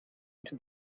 into